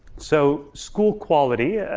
so school quality.